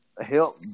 help